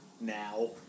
Now